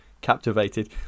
captivated